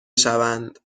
شوند